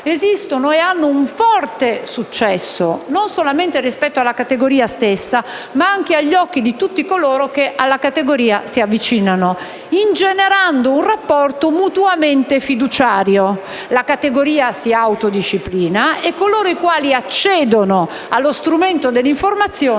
Esistono ed hanno un forte successo, non solamente rispetto alla categoria stessa, ma anche agli occhi di tutti coloro che alla categoria si avvicinano, ingenerando un rapporto mutuamente fiduciario: la categoria si autodisciplina e coloro i quali accedono allo strumento dell'informazione